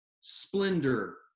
splendor